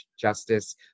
justice